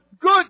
good